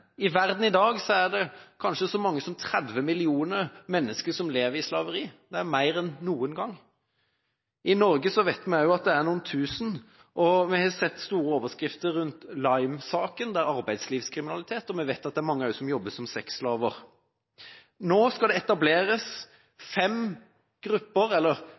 I verden i dag er det kanskje så mange som 30 millioner mennesker som lever i slaveri, det er mer enn noen gang. I Norge vet vi at det er noen tusen, og vi har sett store overskrifter rundt Lime-saken, med arbeidslivskriminalitet, og vi vet at det også er mange som jobber som sexslaver. Nå skal det etableres fem grupper, eller